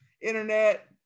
internet